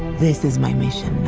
this is my mission